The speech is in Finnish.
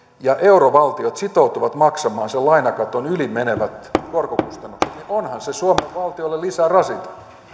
ja eurovaltiot sitoutuvat maksamaan sen lainakaton yli menevät korkokustannukset niin onhan se suomen valtiolle lisärasite